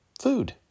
food